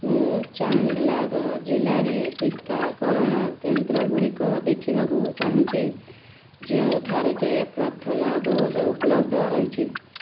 ମୁଁ ଚାଙ୍ଗ୍ଲାଙ୍ଗ୍ ଜିଲ୍ଲାରେ ଟିକାକରଣ କେନ୍ଦ୍ରଗୁଡ଼ିକ ଦେଖିବାକୁ ଚାହୁଁଛି ଯେଉଁ ଠାରେ କି ପ୍ରଥମ ଡୋଜ୍ ଉପଲବ୍ଧ ରହିଛି